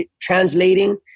translating